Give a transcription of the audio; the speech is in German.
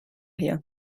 hier